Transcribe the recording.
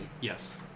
Yes